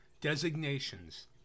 designations